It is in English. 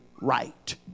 right